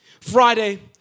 Friday